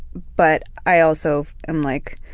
but i also am like